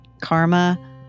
Karma